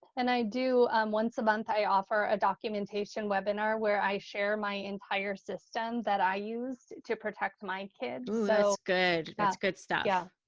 and i do once a month, i offer a documentation webinar where i share my entire system that i used to protect my kids. that's good. that's good stuff. yeah